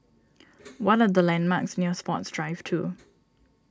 what are the landmarks near Sports Drive two